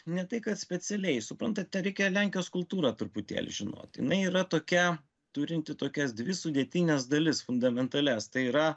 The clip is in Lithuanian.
ne tai kad specialiai suprantat ten reikia lenkijos kultūrą truputėlį žinot jinai yra tokia turinti tokias dvi sudėtines dalis fundamentalias tai yra